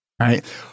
right